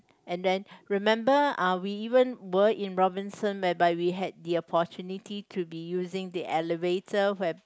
and then remember uh we even were in Robinson whereby we had the opportunity to be using the elevator where